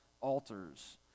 altars